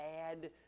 add